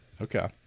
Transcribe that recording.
Okay